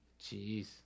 Jeez